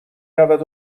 رود